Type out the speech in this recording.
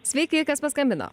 sveiki kas paskambino